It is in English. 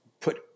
put